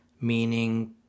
meaning